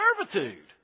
servitude